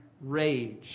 rage